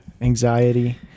anxiety